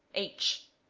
h.